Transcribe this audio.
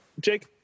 Jake